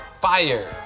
Fire